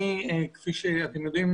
כפי שאתם יודעים,